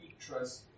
trust